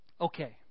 Okay